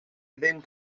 ddim